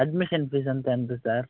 admission fees ఎంత ఎంత sir